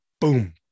Boom